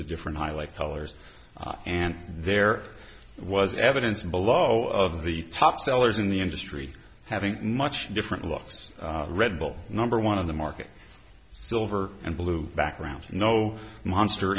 the different high like colors and there was evidence below of the top sellers in the industry having much different looks red bull number one of the market silver and blue background no monster